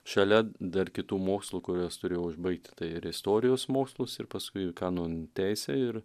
šalia dar kitų mokslų kuriuos turėjau užbaigti tai ir istorijos mokslus ir paskui kanon teisę ir